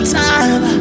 time